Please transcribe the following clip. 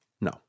No